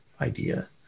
idea